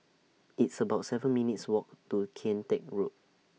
It's about seven minutes' Walk to Kian Teck Road